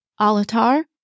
Alatar